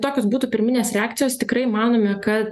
tokios būtų pirminės reakcijos tikrai manome kad